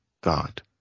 God